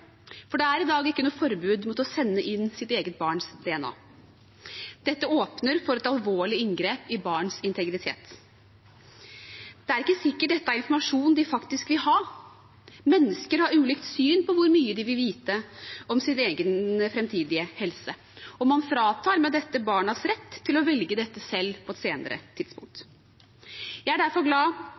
Det er i dag ikke noe forbud mot å sende inn sitt eget barns DNA. Dette åpner for et alvorlig inngrep i barns integritet. Det er ikke sikkert dette er informasjon de faktisk vil ha. Mennesker har ulikt syn på hvor mye de vil vite om sin egen framtidige helse, og man fratar med dette barna retten til å velge dette selv på et senere tidspunkt. Jeg er derfor glad